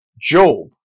Job